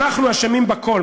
אנחנו אשמים בכול.